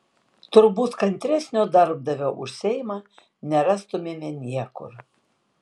turbūt kantresnio darbdavio už seimą nerastumėme niekur